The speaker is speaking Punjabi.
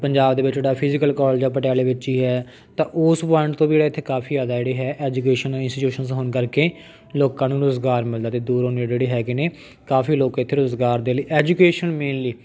ਪੰਜਾਬ ਦੇ ਵਿੱਚ ਜਿਹੜਾ ਫਿਜ਼ੀਕਲ ਕੋਲੇਜ ਹੈ ਪਟਿਆਲੇ ਵਿੱਚ ਹੀ ਹੈ ਤਾਂ ਉਸ ਪੁਆਇੰਟ ਤੋਂ ਵੀ ਜਿਹੜਾ ਇੱਥੇ ਕਾਫੀ ਜ਼ਿਆਦਾ ਜਿਹੜੇ ਹੈ ਐਜੂਕੇਸ਼ਨ ਇੰਸਟੀਟਿਊਸ਼ਨਸ ਹੋਣ ਕਰਕੇ ਲੋਕਾਂ ਨੂੰ ਰੁਜ਼ਗਾਰ ਮਿਲਦਾ ਅਤੇ ਦੂਰੋਂ ਨੇੜੇ ਜਿਹੜੀ ਹੈਗੇ ਨੇ ਕਾਫੀ ਲੋਕ ਇੱਥੇ ਰੁਜ਼ਗਾਰ ਦੇ ਲਈ ਐਜੂਕੇਸ਼ਨ ਮੇਨਲੀ